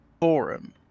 forum